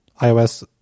iOS